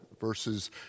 verses